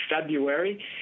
February